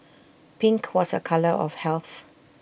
pink was A colour of health